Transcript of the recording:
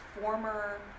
former